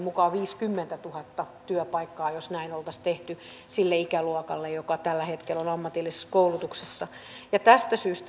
asetelma vaikuttaa oudolta jos samaan kysymykseen lähes samaan aikaan saman hallituksen kaksi ministeriä stubb ja soini antavat täysin eri vastauksen